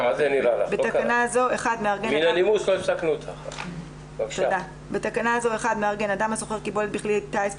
בתקנה זו - "מארגן" אדם השוכר קיבולת בכלי טיס,